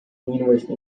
university